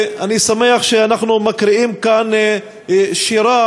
אני שמח שאנחנו מקריאים כאן שירה,